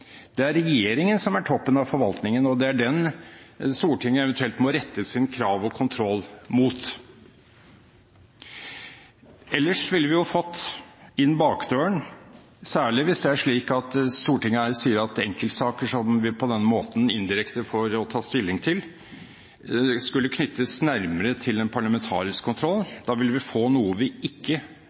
Det er regjeringen som er toppen av forvaltningen, og det er den Stortinget eventuelt må rette sine krav og kontroll mot. Ellers ville vi fått det inn bakdøren. Særlig hvis det er slik at Stortinget sier at enkeltsaker som vi på denne måten indirekte får ta stilling til, skulle knyttes nærmere til en parlamentarisk kontroll. Da ville vi få noe vi ikke